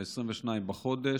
22 בחודש.